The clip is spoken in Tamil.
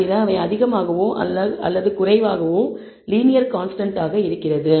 தவிர அவை அதிகமாகவோ அல்லது குறைவாகவோ லீனியர் கான்ஸ்டன்ட் ஆக இருக்கிறது